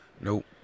Nope